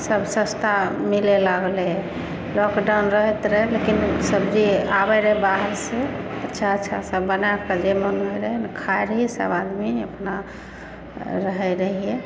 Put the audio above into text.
सब सस्ता मिलै लागलै लॉकडाउन रहैत रहै लेकिन सब्जी आबै रहै बाहर से अच्छा अच्छा सब बना कऽ जे मन भेल खाइ रहलियै सब आदमी अपना रहै रहियै